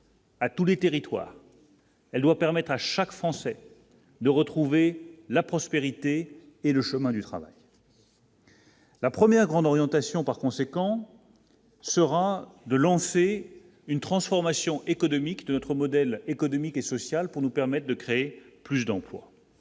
à tous les territoires. Elle doit permettre à chaque Français de retrouver la prospérité et le chemin du travail. La première grande orientation par conséquent sera de lancer une transformation économique de notre modèle économique et social pour nous permettent de créer plus d'emplois.